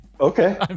Okay